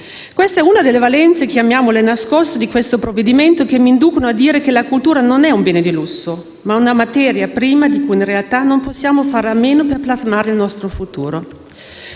Questa è una delle valenze - diciamo nascoste - del provvedimento in esame che mi inducono a dire che la cultura è non un bene di lusso, ma una materia prima di cui in realtà non possiamo fare a meno per plasmare il nostro futuro.